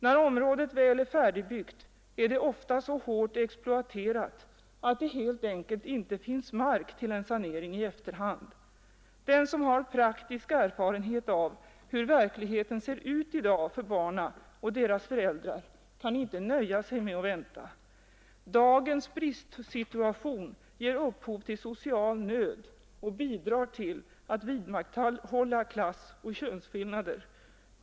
När området väl är färdigbyggt, är det ofta så hårt exploaterat att det helt enkelt inte finns mark till en sanering i efterhand. Den som har praktisk erfarenhet av hur verkligheten ser ut i dag för barnen och deras föräldrar kan inte nöja sig med att vänta. Dagens bostadssituation ger upphov till social nöd och bidrar till att vidmakthålla klassoch könsskillnader.